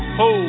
ho